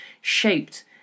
shaped